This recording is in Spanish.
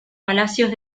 palacios